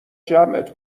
جمعت